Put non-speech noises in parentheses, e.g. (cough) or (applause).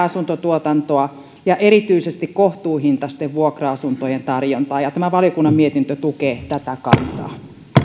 (unintelligible) asuntotuotantoa ja erityisesti kohtuuhintaisten vuokra asuntojen tarjontaa ja tämä valiokunnan mietintö tukee tätä kantaa